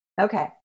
Okay